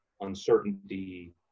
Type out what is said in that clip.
uncertainty